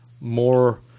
more